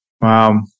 Wow